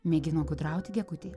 mėgino gudrauti gegutė